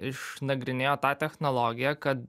išnagrinėjo tą technologiją kad